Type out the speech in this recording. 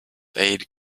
aid